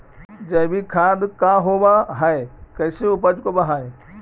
जैविक खाद क्या होब हाय कैसे उपज हो ब्हाय?